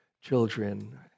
children